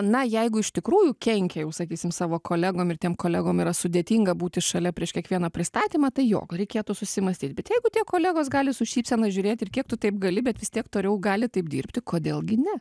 na jeigu iš tikrųjų kenkia jau sakysim savo kolegom ir tiem kolegom yra sudėtinga būti šalia prieš kiekvieną pristatymą tai jo reikėtų susimąstyt bet jeigu tie kolegos gali su šypsena žiūrėti ir kiek tu taip gali bet vis tiek toliau gali taip dirbti kodėl gi ne